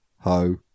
ho